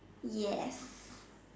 yes